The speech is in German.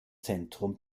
zentrum